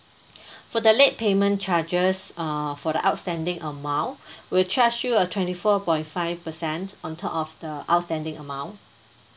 for the late payment charges err for the outstanding amount we'll charge you a twenty four point five percent on top of the outstanding amount